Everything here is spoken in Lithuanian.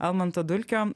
almanto dulkio